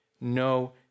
No